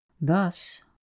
Thus